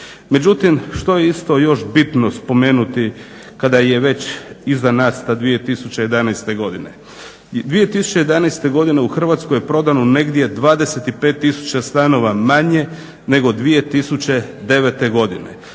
Međutim, što je isto još bitno spomenuti kada je već iza nas ta 2011. godina. 2011. godine u Hrvatskoj je prodano negdje 25000 stanova manje nego 2009. godine.